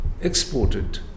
exported